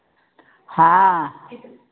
हाँ